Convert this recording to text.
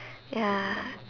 ya